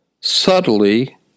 subtly